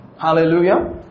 Hallelujah